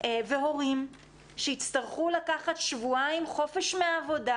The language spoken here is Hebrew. והורים שיצטרכו לקחת שבועיים חופש מהעבודה,